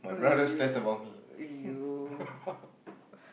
so you you